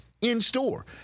in-store